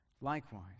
likewise